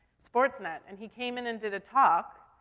sportsnet, and he came in and did a talk,